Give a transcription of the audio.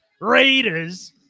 Raiders